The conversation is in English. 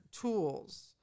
tools